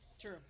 True